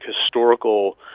historical